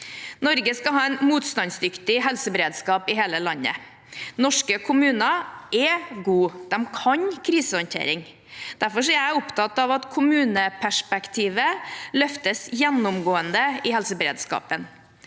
Norge skal ha en motstandsdyktig helseberedskap i hele landet. Norske kommuner er gode, de kan krisehåndtering. Derfor er jeg opptatt av at kommuneperspektivet løftes gjennomgående i helseberedskapen.